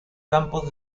campos